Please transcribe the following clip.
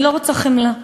אני לא רוצה חמלה.